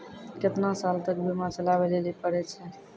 केतना साल तक बीमा चलाबै लेली पड़ै छै?